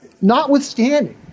notwithstanding